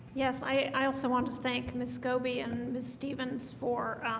yes. i also want to thank miss coby and miss stevens for